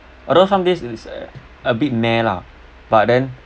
although some days it's a a bit meh lah but then